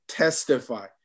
testify